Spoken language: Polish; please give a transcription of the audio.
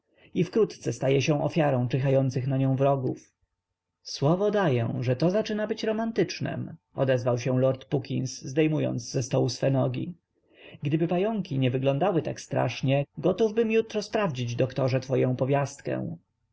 i wkrótce staje się ofiarą czychających na nią wrogów słowo daję że to zaczyna być romantycznem odezwał się lord puckins zdejmując ze stołu swe nogi gdyby pająki nie wyglądały tak strasznie gotówbym jutro sprawdzić doktorze twoję powiastkę